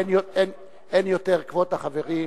אין יותר קווטה, חברים.